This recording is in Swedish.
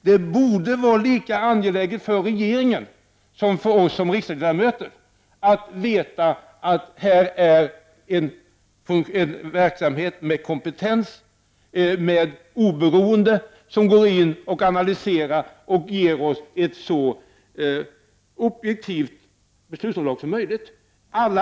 Det borde vara lika angeläget för regeringen som för oss riksdagsledamöter att denna verksamhet bedrivs med kompetens av en oberoende instans som går in och analyserar och ger oss ett så objektivt beslutsunderlag som det är möjligt att göra.